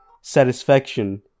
satisfaction